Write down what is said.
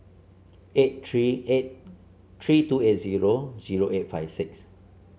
eight three eight three two eight zero zero eight five six